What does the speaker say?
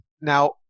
Now